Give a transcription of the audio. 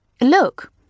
Look